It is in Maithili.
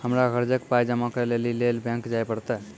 हमरा कर्जक पाय जमा करै लेली लेल बैंक जाए परतै?